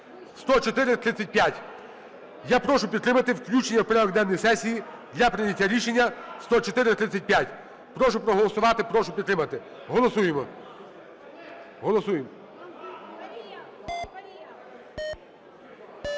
Я прошу підтримати включення в порядок денний сесії для прийняття рішення 10435. Прошу проголосувати. Прошу підтримати. Голосуємо.